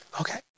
Okay